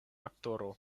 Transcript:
aktoro